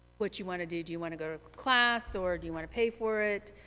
what you want to do, do you want to go to class or do you want to pay for it.